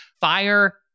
fire